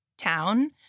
town